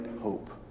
hope